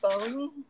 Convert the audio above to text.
phone